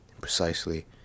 precisely